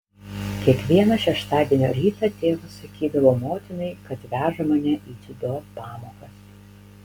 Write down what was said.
kiekvieną šeštadienio rytą tėvas sakydavo motinai kad veža mane į dziudo pamokas